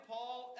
Paul